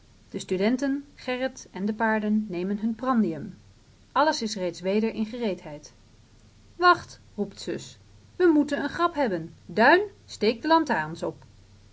de studenten gerrit en de paarden nemen hun prandium alles is reeds weder in gereedheid wacht roept zus we moeten een grap hebben duin steek de lantarens op